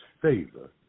favor